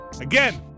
again